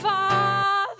Father